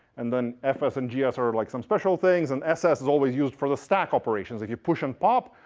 and then fs and gs are are like some special things. and ss is always used for the stack operations. if you push and pop,